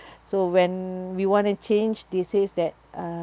so when we want to change they says that uh